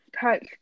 touch